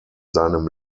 seinem